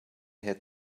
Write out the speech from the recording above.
hit